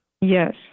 Yes